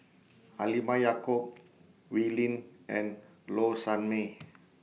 Halimah Yacob Wee Lin and Low Sanmay